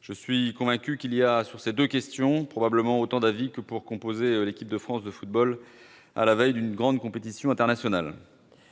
Je suis convaincu qu'il y a, sur ces deux questions, probablement autant d'avis que pour composer l'équipe de France de football à la veille d'une grande compétition internationale.